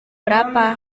berapa